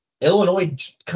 Illinois